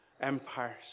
empires